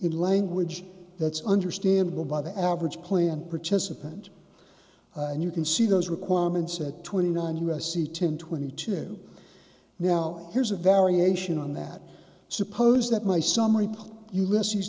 language that's understandable by the average planned participant and you can see those requirements at twenty nine u s c ten twenty two now here's a variation on that suppose that my summary ulysses